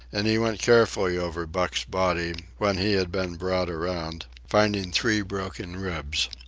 and he went carefully over buck's body, when he had been brought around, finding three broken ribs.